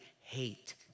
hate